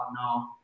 no